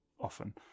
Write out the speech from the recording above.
often